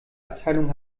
abteilung